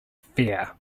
fear